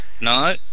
No